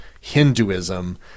Hinduism